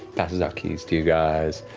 passes out keys to you guys.